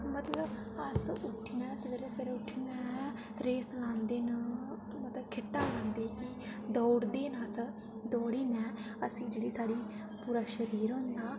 मतलब अस उट्ठी निं हे सकदे सवेरे उट्ठी निं हे सकदे सनांदे न मतलब खिट्टां मारदे दौड़दे न अस दौड़ियै जेह्ड़ी साढ़ा पूरा शरीर होंदा